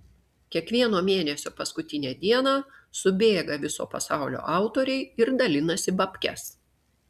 kiekvieno mėnesio paskutinę dieną subėga viso pasaulio autoriai ir dalinasi babkes